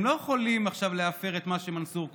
הם לא יכולים עכשיו להפר את מה שמנסור קובע.